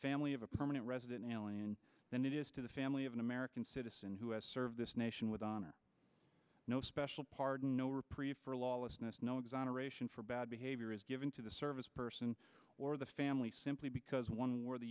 family of a permanent resident alien than it is to the family of an american citizen who has served this nation with honor no special pardon no reprieve for lawlessness no exoneration for bad behavior is given to the service person or the family simply because one wear the